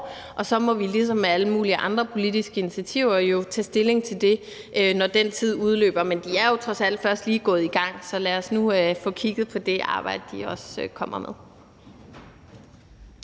og så må vi ligesom med alle mulige andre politiske initiativer jo tage stilling til det, når den tid udløber. Men de er jo trods alt først lige gået i gang, så lad os nu få kigget på det arbejde, de også kommer med.